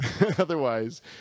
Otherwise